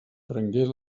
prengué